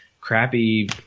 crappy